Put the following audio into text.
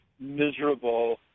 miserable